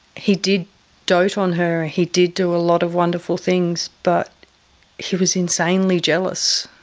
he did dote on her, he did do a lot of wonderful things, but he was insanely jealous,